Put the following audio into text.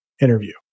interview